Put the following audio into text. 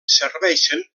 serveixen